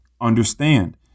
understand